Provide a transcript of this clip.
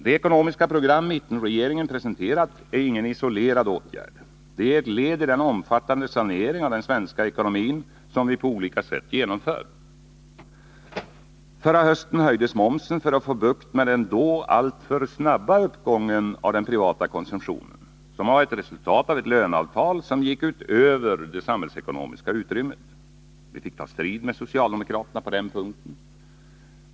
Det ekonomiska program mittenregeringen presenterat är ingenisolerad åtgärd. Det är ett led i den omfattande sanering av den svenska ekonomin som vi på olika sätt genomför. Förra hösten höjdes momsen för att vi skulle få bukt med den då alltför snabba uppgången av den privata konsumtionen, resultatet av ett löneavtal som gick utöver det samhällsekonomiska utrymmet. Vi fick ta strid med socialdemokraterna på den punkten.